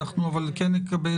אנחנו אבל כן נקבל,